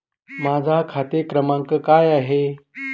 माझा खाते क्रमांक काय आहे?